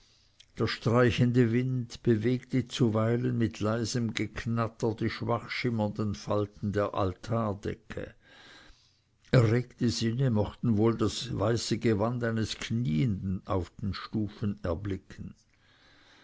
der streichende wind bewegte zuweilen mit leisem geknatter die schwach schimmernden falten der altardecke erregte sinne mochten wohl das weiße gewand eines knieenden auf den stufen erblicken